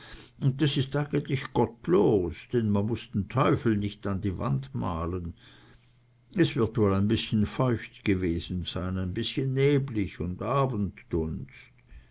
un das is eigentlich gottlos denn man muß den teufel nich an die wand malen es wird wohl ein bißchen feucht gewesen sein ein bißchen neblig und